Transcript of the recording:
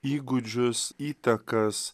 įgūdžius įtakas